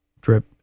drip